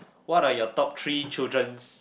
what are your top three children's